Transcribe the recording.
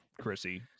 Chrissy